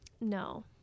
No